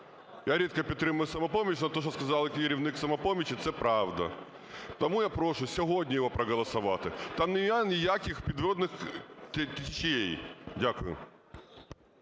Я рідко підтримую "Самопоміч", але те, що сказав керівник "Самопомочі", це правда. Тому я прошу сьогодні його проголосувати. Там немає ніяких підводних течій. Дякую.